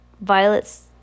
Violet's